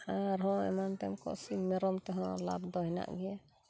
ᱟᱨᱦᱚᱸ ᱮᱢᱟᱱ ᱛᱮᱱ ᱠᱚ ᱥᱤᱢ ᱢᱮᱨᱚᱢ ᱛᱮᱦᱚᱸ ᱞᱟᱵ ᱫᱚ ᱦᱮᱱᱟᱜ ᱜᱮᱭᱟ